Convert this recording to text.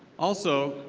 also,